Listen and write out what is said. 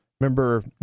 Remember